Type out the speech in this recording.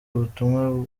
ubutumwa